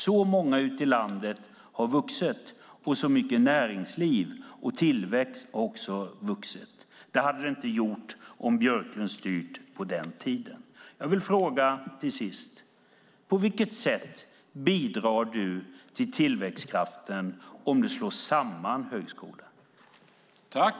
Så många ute i landet har vuxit, och näringslivet har vuxit. Det hade inte skett om Björklund styrt på den tiden. På vilket sätt bidrar du till tillväxtkraften om du slår samman högskolor?